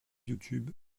youtube